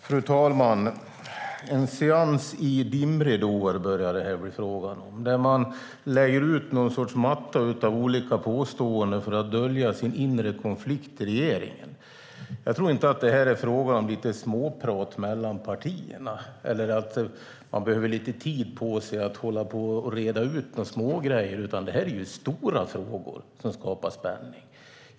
Fru talman! Det här börjar bli en seans i dimridåer. Man lägger ut en matta av påståenden för att dölja en inre konflikt i regeringen. Jag tror inte att det är fråga om lite småprat mellan partierna eller att man behöver tid för att reda ut småsaker. Det här är stora frågor som skapar spänning.